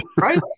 Right